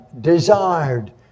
desired